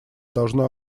должно